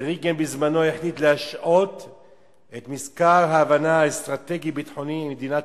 ורייגן בזמנו החליט להשעות את מזכר ההבנה האסטרטגי-ביטחוני עם מדינת